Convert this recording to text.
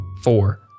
Four